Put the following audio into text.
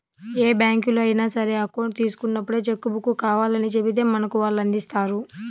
ఏ బ్యాంకులో అయినా సరే అకౌంట్ తీసుకున్నప్పుడే చెక్కు బుక్కు కావాలని చెబితే మనకు వాళ్ళు అందిస్తారు